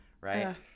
right